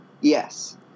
Yes